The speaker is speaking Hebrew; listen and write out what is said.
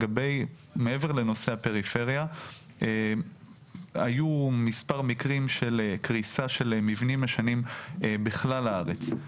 מעבר לנושא הפריפריה היו מספר מקרים של קריסה של מבנים ישנים בכלל הארץ.